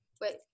wait